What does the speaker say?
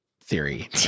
theory